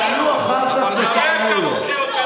אתה לא מתבייש?